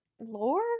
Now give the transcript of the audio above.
lore